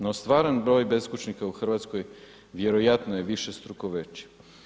No stvaran broj beskućnika u Hrvatskoj vjerojatno je višestruko veći.